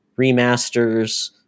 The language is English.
remasters